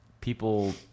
people